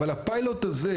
אבל הפיילוט הזה,